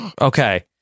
Okay